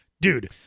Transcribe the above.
Dude